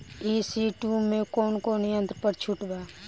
ई.सी two मै कौने कौने यंत्र पर छुट बा?